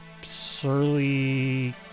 surly